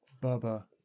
Bubba